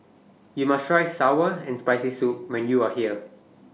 YOU must Try Sour and Spicy Soup when YOU Are here